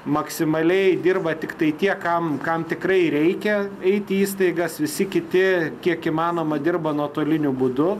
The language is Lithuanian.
maksimaliai dirba tiktai tie kam kam tikrai reikia eit į įstaigas visi kiti kiek įmanoma dirba nuotoliniu būdu